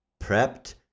prepped